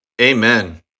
Amen